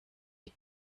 die